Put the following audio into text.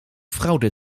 fraude